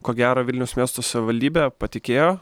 ko gero vilniaus miesto savivaldybė patikėjo